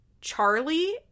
Charlie